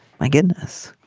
my goodness